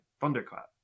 thunderclap